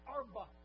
Arba